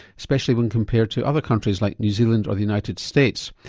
especially when compared to other countries like new zealand or the united states.